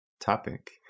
topic